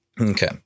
okay